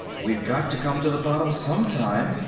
we've got to come to the bottom some time,